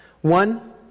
One